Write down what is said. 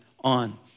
on